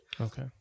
Okay